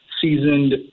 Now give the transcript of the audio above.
Seasoned